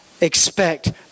expect